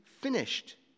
finished